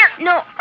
No